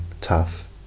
tough